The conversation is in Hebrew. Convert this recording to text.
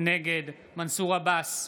נגד מנסור עבאס,